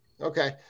Okay